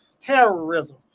terrorism